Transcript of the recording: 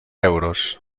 euros